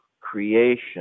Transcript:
creation